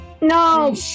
No